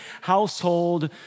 household